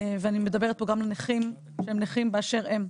ואני מדברת פה גם לנכים שהם נכים באשר הם,